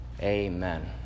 Amen